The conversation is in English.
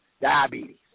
diabetes